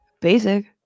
basic